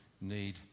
need